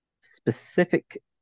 specific